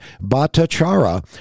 Bhattacharya